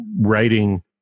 writing